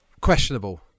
questionable